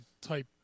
type